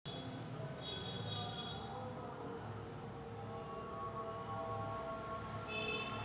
स्थानिक वापरासाठी अन्न वाढविणे उष्णकटिबंधीय शेतीचे मूलभूत उद्दीष्ट आहे